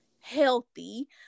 healthy